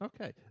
Okay